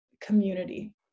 community